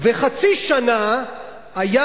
וחצי שנה היה